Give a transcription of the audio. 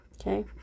Okay